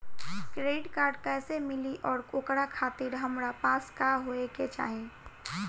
Credit card कैसे मिली और ओकरा खातिर हमरा पास का होए के चाहि?